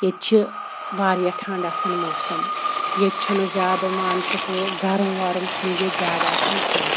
ییٚتہِ چھِ واریاہ ٹھَنٛڈ آسان موسَم ییٚتہِ چھُنہٕ زیادٕ مان ژٕ ہہُ گَرٕم وَرٕم چھُنہٕ ییٚتہِ زیادٕ آسان کینٛہہ